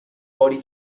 body